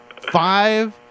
Five